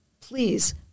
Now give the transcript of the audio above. please